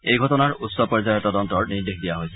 এই ঘটনাৰ উচ্চ পৰ্যায়ৰ তদন্তৰ নিৰ্দেশ দিয়া হৈছে